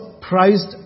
prized